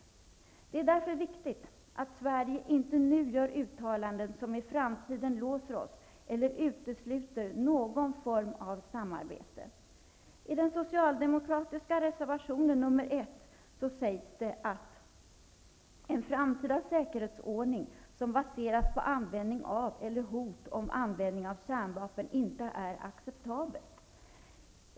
Därför är det viktigt att Sverige inte nu gör uttalanden som låser oss i framtiden eller utesluter någon form av samarbete. I den socialdemokratiska reservationen nr 1 sägs det att en framtida säkerhetsordning som baseras på användning av, eller hot om användning av, kärnvapen inte är acceptabel.